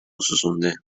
سوزونده